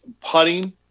putting